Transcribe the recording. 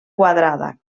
quadrada